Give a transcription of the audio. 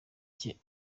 cye